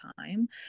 time